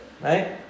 right